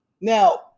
Now